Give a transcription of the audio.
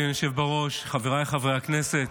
היושב בראש, חבריי חברי הכנסת,